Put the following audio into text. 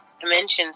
dimensions